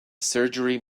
surgery